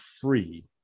free